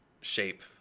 shape